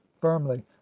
firmly